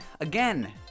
again